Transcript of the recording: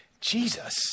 Jesus